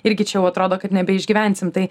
irgi čia jau atrodo kad nebeišgyvensim tai